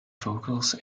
vocals